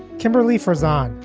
kimberly frozen.